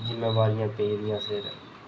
जिम्मेवारियां पेई गेदियां सिर